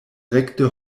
rekte